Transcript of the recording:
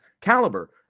caliber